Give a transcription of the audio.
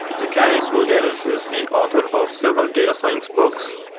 zacharias voulgaris is the author of several data science books.